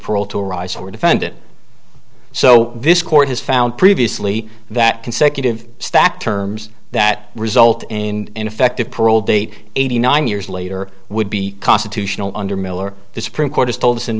parole to arise or defendant so this court has found previously that consecutive stacked terms that result in an effective parole date eighty nine years later would be constitutional under miller the supreme court has told us in